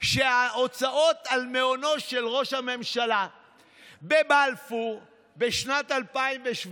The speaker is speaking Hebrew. שההוצאות על מעונו של ראש הממשלה בבלפור בשנת 2017,